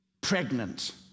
pregnant